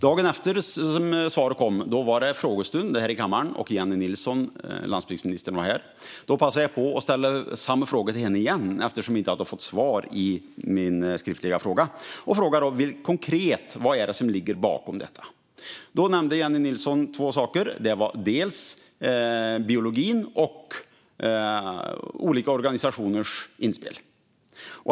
Dagen efter att svaret hade kommit var det frågestund här i kammaren, och landsbygdsminister Jennie Nilsson var här. Jag passade på att ställa samma fråga igen, eftersom jag inte hade fått svar på min skriftliga fråga. Jag frågade då vad som konkret låg bakom det hela. Jennie Nilsson nämnde två saker. Det var dels biologin, dels olika organisationers inspel.